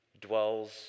dwells